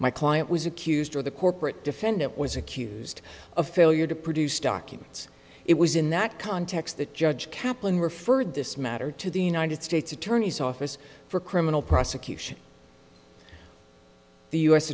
my client was accused or the corporate defendant was accused of failure to produce documents it was in that context that judge kaplan referred this matter to the united states attorney's office for criminal prosecution the u